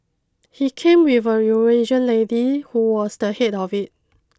he came with a Eurasian lady who was the head of it